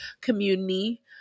community